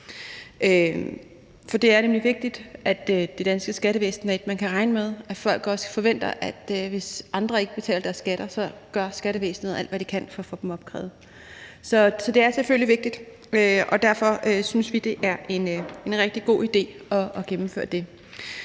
dørs. Det er nemlig vigtigt, at det danske skattevæsen er et, man kan regne med, og at folk også kan forvente, at hvis andre ikke betaler deres skat, gør skattevæsenet alt, hvad det kan, for at få den opkrævet. Så det er selvfølgelig vigtigt, og derfor synes vi, det er en rigtig god idé at gennemføre det.